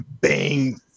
bang